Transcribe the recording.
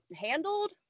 handled